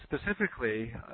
specifically